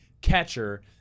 catcher